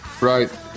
Right